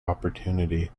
opportunity